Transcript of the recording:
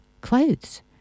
clothes